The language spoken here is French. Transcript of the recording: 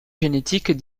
génétiques